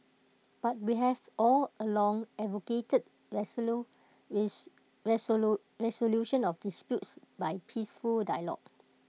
but we have all along advocated resolution of disputes by peaceful dialogue